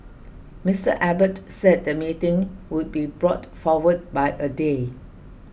Mr Abbott said the meeting would be brought forward by a day